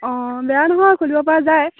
অঁ বেয়া নহয় খুলিব পৰা যায়